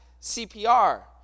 CPR